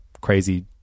crazy